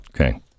okay